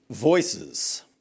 Voices